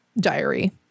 diary